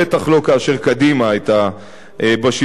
בטח לא כאשר קדימה היתה בשלטון.